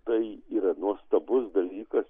tai yra nuostabus dalykas